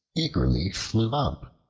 eagerly flew up.